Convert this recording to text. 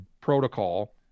protocol